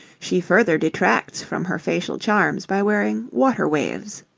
she further detracts from her facial charms by wearing water-waves.